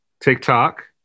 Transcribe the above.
TikTok